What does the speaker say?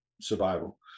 survival